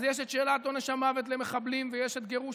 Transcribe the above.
אז יש את שאלת עונש המוות למחבלים, ויש את גירוש